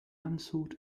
unsought